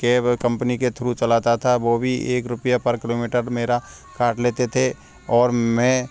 cab company के through चलाता था वह भी एक रुपया पर किलोमीटर मेरा काट लेते थे और मैं